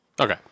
Okay